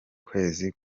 kwezi